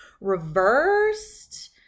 reversed